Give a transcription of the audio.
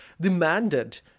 demanded